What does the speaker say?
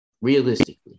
Realistically